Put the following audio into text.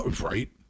Right